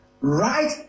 right